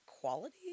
quality